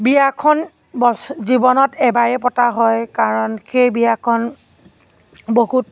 বিয়াখন বছ জীৱনত এবাৰেই পতা হয় কাৰণ সেই বিয়াখন বহুত